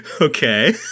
okay